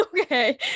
Okay